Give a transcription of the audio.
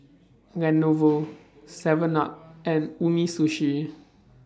Lenovo Seven up and Umisushi